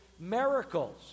miracles